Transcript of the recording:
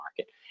market